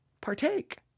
partake